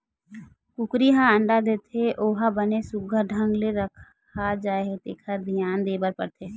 कुकरी ह अंडा देथे ओ ह बने सुग्घर ढंग ले रखा जाए तेखर धियान देबर परथे